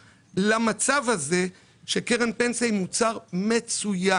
למצב הזה שקרן פנסיה היא מוצר מצוין.